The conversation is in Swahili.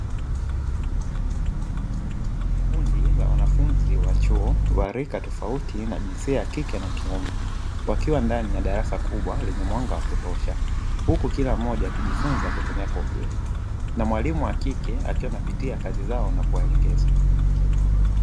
Kundi la wanafunzi wa chuo, wa rika tofauti na jinsia ya kike na kiume. Wakiwa ndani ya darasa kubwa lenye mwanga wa kutosha, huku kila mmoja akijifunza kutumia kompyuta, na mwalimu wa kike akiwa anapitia kazi zao na kuwaelekeza.